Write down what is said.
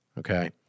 Okay